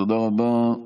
תודה רבה.